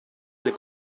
del